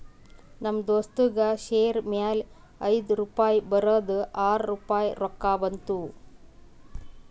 ನಮ್ ದೋಸ್ತಗ್ ಶೇರ್ ಮ್ಯಾಲ ಐಯ್ದು ರುಪಾಯಿ ಬರದ್ ಆರ್ ರುಪಾಯಿ ರೊಕ್ಕಾ ಬಂತು